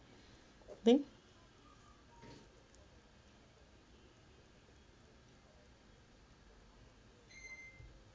thing